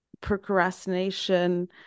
procrastination